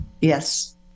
Yes